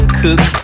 cook